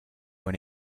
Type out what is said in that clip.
when